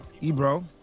Ebro